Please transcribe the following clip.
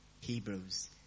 Hebrews